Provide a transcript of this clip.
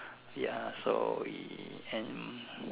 ya so and